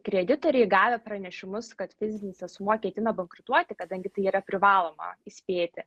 kreditoriai gavę pranešimus kad fizinis asmuo ketina bankrutuoti kadangi tai yra privaloma įspėti